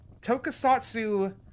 tokusatsu